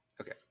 okay